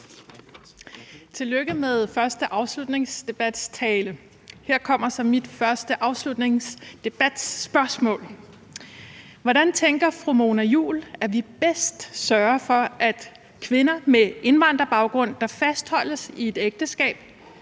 tale ved en afslutningsdebat. Her kommer så mit første spørgsmål ved en afslutningsdebat. Hvordan tænker fru Mona Juul at vi bedst sørger for, at kvinder med indvandrerbaggrund, der fastholdes i et ægteskab